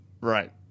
Right